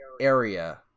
area